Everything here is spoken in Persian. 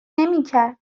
نمیکرد